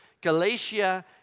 Galatia